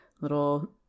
little